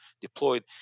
deployed